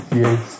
yes